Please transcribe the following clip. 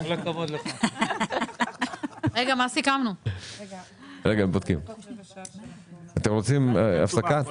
אתם רוצים הפסקה?